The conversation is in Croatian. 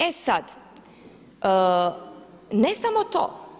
E sad, ne samo to.